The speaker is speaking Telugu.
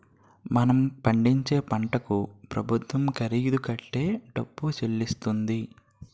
మనం పండించే పంటకు ప్రభుత్వం ఖరీదు కట్టే డబ్బు చెల్లిస్తుంది